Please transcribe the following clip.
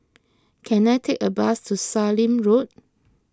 can I take a bus to Sallim Road